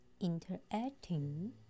interacting